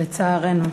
לצערנו.